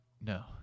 No